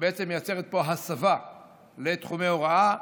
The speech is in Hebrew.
שבעצם מייצרת פה הסבה לתחומי הוראה,